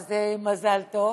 אז מזל טוב.